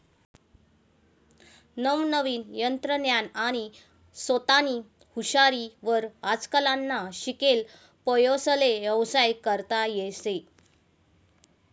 नवनवीन तंत्रज्ञान आणि सोतानी हुशारी वर आजकालना शिकेल पोर्यास्ले व्यवसाय करता येस